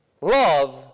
Love